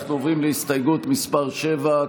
אנחנו עוברים להסתייגות מס' 7,